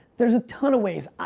there's a ton of ways.